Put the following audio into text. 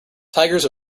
tigers